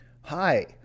Hi